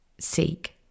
Seek